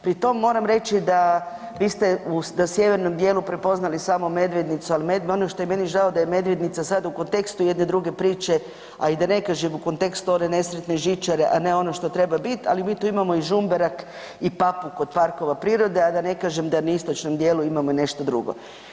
Pri tom moram reći da vi ste u sjevernom dijelu prepoznali samo Medvednicu, ali ono što je meni žao da je Medvednica sad u kontekstu jedne druge priče, a i da ne kažem u kontekstu one nesretne žičare, a ne ono što treba biti, ali mi tu imamo i Žumberak i Papuk od parkova prirode, a da ne kažem da na istočnom dijelu imamo i nešto drugo.